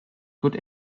good